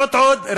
זאת ועוד,